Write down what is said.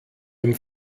dem